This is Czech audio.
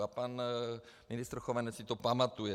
A pan ministr Chovanec si to pamatuje.